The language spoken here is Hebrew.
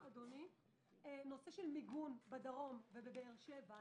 נושא מיגון בדרום ובבאר שבע.